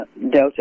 Delta